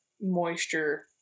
moisture